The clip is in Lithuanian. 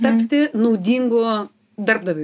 tapti naudingu darbdaviui